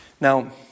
Now